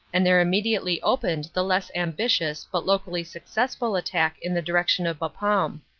and there immediately opened the less ambitious but locally successful attack in the direction of bapaume.